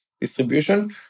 distribution